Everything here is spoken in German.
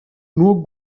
nur